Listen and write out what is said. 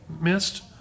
missed